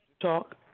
Talk